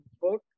book